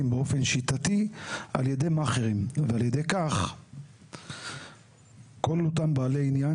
באופן שיטתי על ידי מאכרים ועל ידי כך כל אותם בעלי עניין